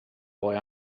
boy